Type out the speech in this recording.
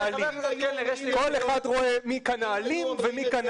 כל אחד רואה מי כאן האלים.